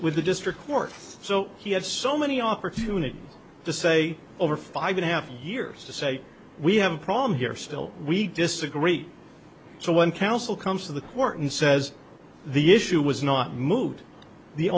with the district court so he had so many opportunities to say over five and a half years to say we have a problem here still we disagree so one council comes to the court and says the issue was not moved the